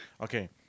Okay